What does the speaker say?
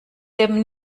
dem